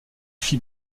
fit